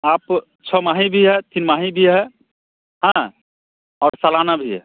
आप छः माही भी है तीन माही भी है हाँ और सालाना भी है